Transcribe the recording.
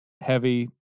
heavy